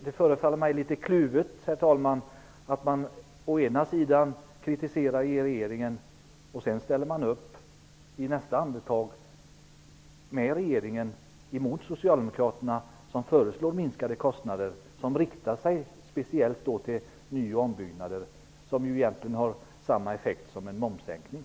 Det förefaller mig litet kluvet att å ena sidan kritisera regeringen för att i nästa andetag ställa upp för regeringen mot Socialdemokraterna. Vi föreslår ju minskade kostnader speciellt för nyoch ombyggnader. Det har egentligen samma effekt som en momssänkning.